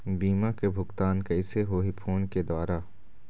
बीमा के भुगतान कइसे होही फ़ोन के द्वारा?